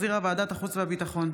שהחזירה ועדת החוץ והביטחון.